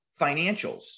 financials